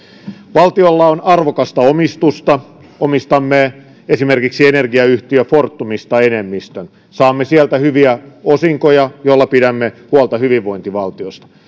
valtiolla on arvokasta omistusta omistamme esimerkiksi energiayhtiö fortumista enemmistön saamme sieltä hyviä osinkoja joilla pidämme huolta hyvinvointivaltiosta